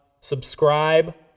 subscribe